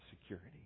security